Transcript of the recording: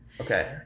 okay